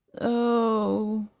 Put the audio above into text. oh,